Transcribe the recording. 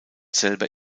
selber